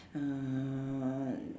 uh